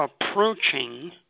approaching